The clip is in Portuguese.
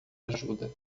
ajuda